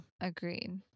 agreed